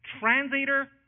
translator